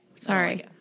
Sorry